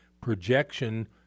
projection